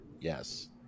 Yes